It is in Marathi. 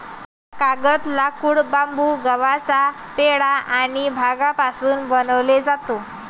कागद, लाकूड, बांबू, गव्हाचा पेंढा आणि भांगापासून बनवले जातो